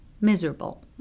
miserable